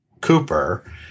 Cooper